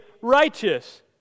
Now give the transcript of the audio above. righteous